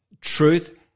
truth